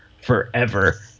forever